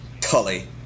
Tully